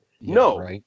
No